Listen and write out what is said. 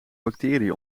bacteriën